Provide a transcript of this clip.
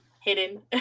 hidden